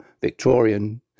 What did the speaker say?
Victorian